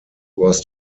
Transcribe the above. was